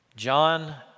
John